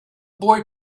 boy